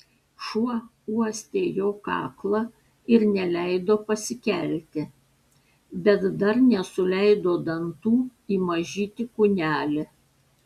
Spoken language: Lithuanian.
šuo uostė jo kaklą ir neleido pasikelti bet dar nesuleido dantų į mažytį kūnelį